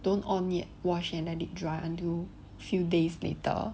don't on yet wash and let it dry until few days later